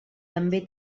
també